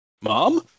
mom